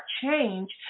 change